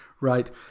Right